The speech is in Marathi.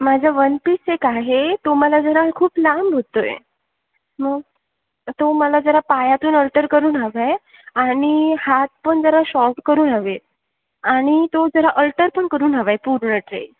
माझं वन पीस एक आहे तो मला जरा खूप लांब होतो आहे मग तर तो मला जरा पायातून अल्टर करून हवं आहे आणि हात पण जरा शॉट करून हवे आणि तो जरा अल्टर पण करून हवा आहे पूर्ण ड्रेस